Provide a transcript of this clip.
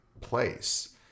place